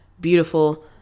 beautiful